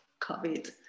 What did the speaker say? COVID